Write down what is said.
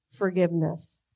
forgiveness